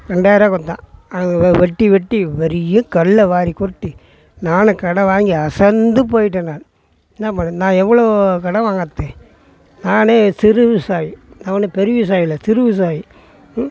ரெண்டாயிர்ரூபா கொடுத்தேன் அங்கே வெ வெட்டி வெட்டி வெறையா கல்லை வாரிக் கொட்டி நானும் கடன் வாங்கி அசந்துப் போயிட்டேன் நான் என்ன பண்ண நான் எவ்வளோ கடன் வாங்கிறது நானே சிறு விவசாயி நான் ஒன்னும் பெரு விவசாயி இல்லை சிறு விவசாயி ம்